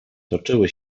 toczyły